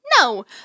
no